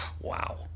wow